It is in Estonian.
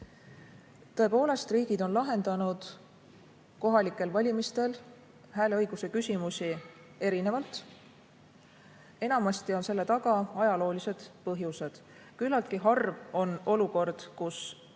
Tõepoolest, riigid on lahendanud kohalikel valimistel hääleõiguse küsimusi erinevalt. Enamasti on selle taga ajaloolised põhjused. Küllaltki harv on olukord, kus